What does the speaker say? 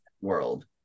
world